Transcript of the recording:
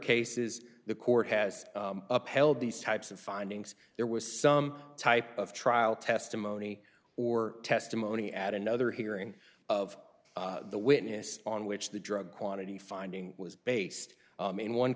cases the court has upheld these types of findings there was some type of trial testimony or testimony at another hearing of the witness on which the drug quantity finding was based in one